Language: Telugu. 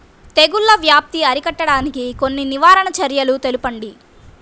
తెగుళ్ల వ్యాప్తి అరికట్టడానికి కొన్ని నివారణ చర్యలు తెలుపండి?